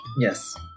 Yes